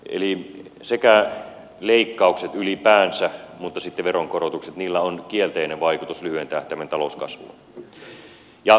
eli sekä leikkauksilla ylipäänsä että sitten veronkorotuksilla on kielteinen vaikutus lyhyen tähtäimen talouskasvuun ja myös työllisyyteen